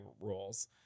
rules